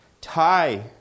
Tie